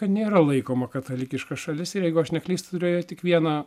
nėra laikoma katalikiška šalis ir jeigu aš neklystu turėjo tik vieną